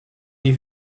die